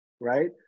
right